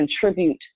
contribute